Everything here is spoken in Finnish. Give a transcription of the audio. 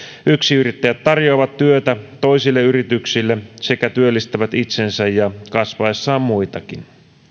yksinyrittäjät tarjoavat työtä toisille yrityksille sekä työllistävät itsensä ja kasvaessaan muitakin